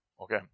Okay